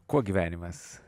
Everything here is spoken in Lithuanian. kuo gyvenimas